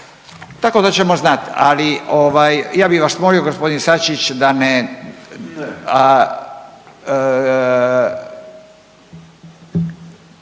Tako da ćemo znati, ali ovaj ja bi vas molio gospodin Sačić da ne,